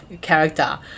character